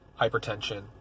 hypertension